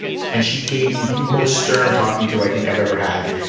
and she gave me the most stern talking to i think i've ever had.